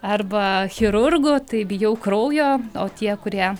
arba chirurgu tai bijau kraujo o tie kurie